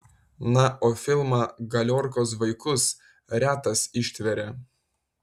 na o filmą galiorkos vaikus retas ištveria